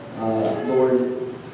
Lord